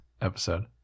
episode